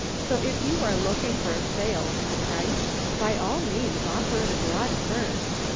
so, if you are looking for a sale and a price, by all means offer it abroad first.